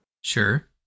Sure